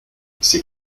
c’est